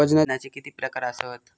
वजनाचे किती प्रकार आसत?